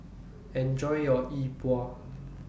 Enjoy your Yi Bua